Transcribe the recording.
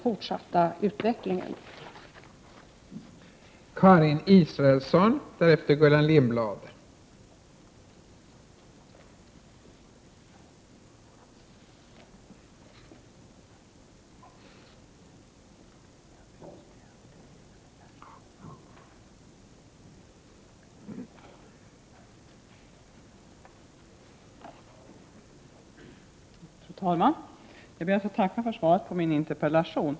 Jag ber att få tacka för svaret på min interpellation.